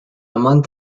month